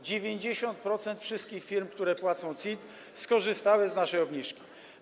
90% wszystkich firm, które płacą CIT, skorzystało z naszej obniżki.